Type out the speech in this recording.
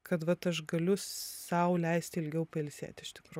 kad vat aš galiu sau leist ilgiau pailsėt iš tikro